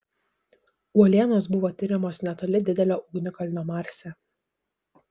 uolienos buvo tiriamos netoli didelio ugnikalnio marse